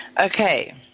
Okay